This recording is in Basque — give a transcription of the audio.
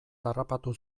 harrapatu